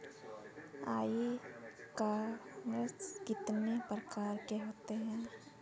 ई commerce कितने प्रकार के होते हैं?